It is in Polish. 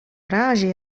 razie